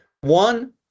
One